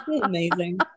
Amazing